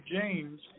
James